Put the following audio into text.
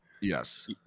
Yes